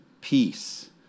peace